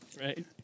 Right